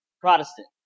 Protestant